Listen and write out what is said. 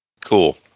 Cool